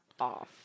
off